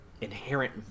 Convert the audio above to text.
inherent